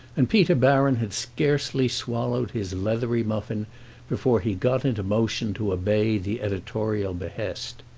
and peter baron had scarcely swallowed his leathery muffin before he got into motion to obey the editorial behest.